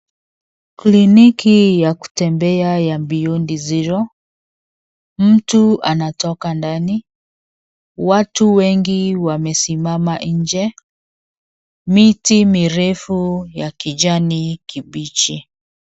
Kliniki ya kutembea ya Beyond zero , mtu anatoka ndani, watu wengi wamesimama nje, miti mirefu ya kijani kibichi.